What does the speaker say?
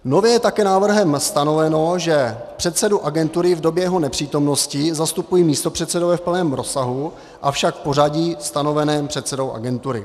Nově je také návrhem stanoveno, že předsedu agentury v době jeho nepřítomnosti zastupují jeho místopředsedové v plném rozsahu, avšak v pořadí stanoveném předsedou agentury.